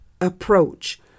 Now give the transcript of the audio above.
approach